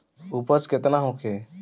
उपज केतना होखे?